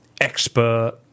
expert